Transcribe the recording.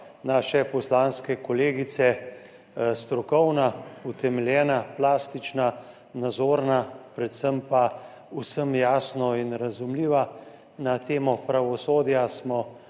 naše poslanske kolegice strokovna, utemeljena, plastična, nazorna, predvsem pa vsem jasna in razumljiva. Na temo pravosodja smo